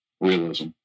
realism